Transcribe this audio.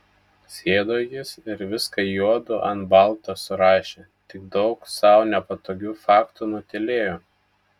sėdo jis ir viską juodu ant balto surašė tik daug sau nepatogių faktų nutylėjo